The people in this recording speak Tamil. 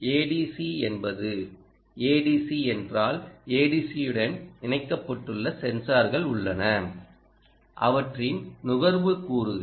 ஏடிசி என்பது ஏடிசி என்றால் ஏடிசியுடன் இணைக்கப்பட்டுள்ள சென்சார்கள் உள்ளன அவற்றின் நுகர்வு கூறுகள்